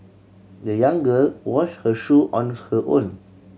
the young girl wash her shoe on her own